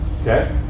okay